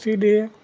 इसीलिए